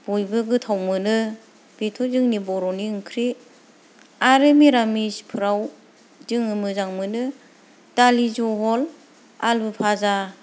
बयबो गोथाव मोनो बेथ' जोंनि बर'नि ओंख्रि आरो निरामिसफ्राव जोङो मोजां मोनो दालि जहल आलु फाजा